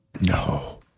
no